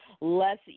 less